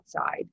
outside